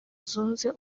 zunze